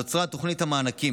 נוצרה תוכנית המענקים.